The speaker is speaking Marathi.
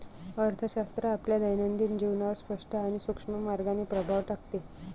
अर्थशास्त्र आपल्या दैनंदिन जीवनावर स्पष्ट आणि सूक्ष्म मार्गाने प्रभाव टाकते